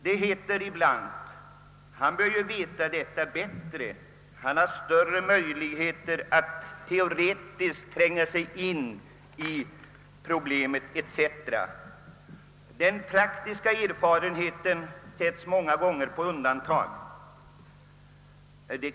Det heter ibland: Han bör ju veta detta bättre, han har större möjligheter att teoretiskt tränga in i problemet, etc. Den praktiska erfarenheten sätts många gånger på undantag.